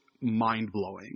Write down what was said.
Mind-blowing